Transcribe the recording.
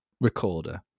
recorder